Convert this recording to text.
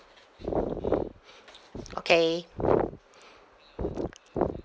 okay